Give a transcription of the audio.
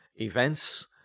events